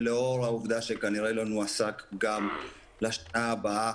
ולאור העובדה שכנראה לא נועסק גם בשנה הבאה,